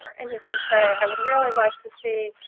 and you can say, i would really like to see